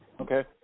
Okay